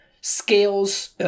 scales